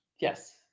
yes